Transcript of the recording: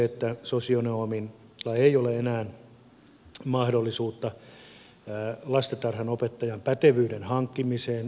sosionomilla ei ole enää mahdollisuutta lastentarhanopettajan pätevyyden hankkimiseen